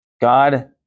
God